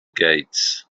gates